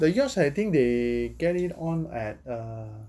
the yacht I think they get it on at uh